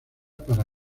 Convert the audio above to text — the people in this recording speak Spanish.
para